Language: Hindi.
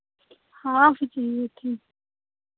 हाफ़ चाहिए थी